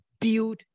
build